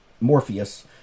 Morpheus